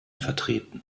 vertreten